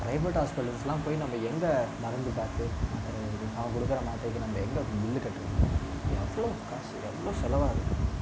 private ஹாஸ்பிட்டல்ஸ்லாம் போய் நம்ம எங்கே நரம்பு டாக்டர் அவங்கள் கொடுக்குற மாத்திரைக்கெல்லாம் நம்ம எங்கே போய் பில்லு கட்டுவது அவ்வளோ காசு அவ்வளோ செலவாகுது